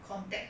contact